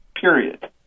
period